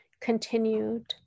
continued